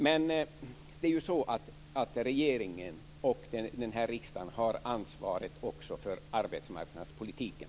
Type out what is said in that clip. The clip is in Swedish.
Men regeringen och riksdagen har ansvaret för arbetsmarknadspolitiken.